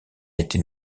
été